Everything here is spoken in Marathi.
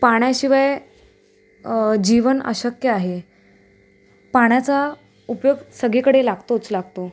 पाण्याशिवाय जीवन अशक्य आहे पाण्याचा उपयोग सगळीकडे लागतोच लागतो